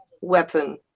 weapon